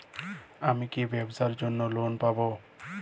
আমি কি ব্যবসার জন্য লোন পাব?